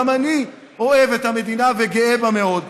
גם אני אוהב את המדינה וגאה בה מאוד.